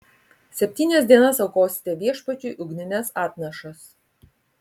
septynias dienas aukosite viešpačiui ugnines atnašas